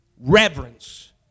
reverence